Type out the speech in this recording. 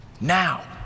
now